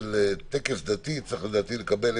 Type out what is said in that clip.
בשביל ה-5 שקלים שזרקת להם מקופת צדקה,